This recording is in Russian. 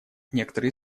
некоторые